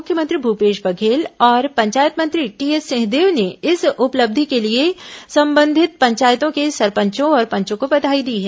मुख्यमंत्री भूपेश बघेल और पंचायत मंत्री टीएस सिंहदेव ने इस उपलब्धि के लिए संबंधित पंचायतों के सरपंचों और पंचों को बधाई दी है